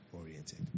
oriented